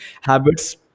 habits